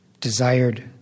desired